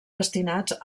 destinats